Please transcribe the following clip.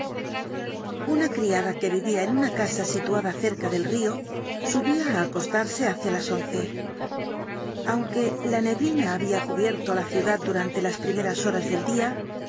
una casa situada cerca del río subía á acostarse hacia las once aunque la neblina había cubierto á la ciudad durante las primeras horas del día